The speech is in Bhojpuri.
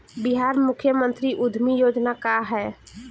बिहार मुख्यमंत्री उद्यमी योजना का है?